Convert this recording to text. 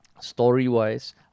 story-wise